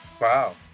Wow